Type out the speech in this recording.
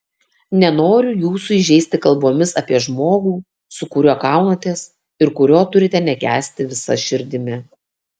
nenoriu jūsų įžeisti kalbomis apie žmogų su kuriuo kaunatės ir kurio turite nekęsti visa širdimi